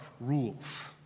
rules